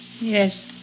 Yes